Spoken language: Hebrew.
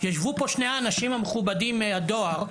ישבו פה שני האנשים המכובדים מהדואר,